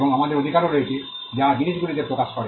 এবং আমাদের অধিকারও রয়েছে যা জিনিসগুলিতে প্রকাশ করে